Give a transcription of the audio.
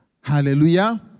Hallelujah